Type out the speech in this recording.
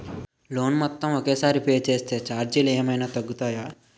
Loan మొత్తం ఒకే సారి పే చేస్తే ఛార్జీలు ఏమైనా తగ్గుతాయా?